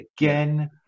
again